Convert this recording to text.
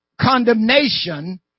condemnation